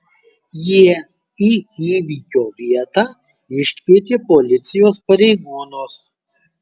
jie į įvykio vietą iškvietė policijos pareigūnus